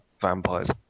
vampires